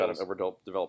overdeveloped